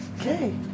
Okay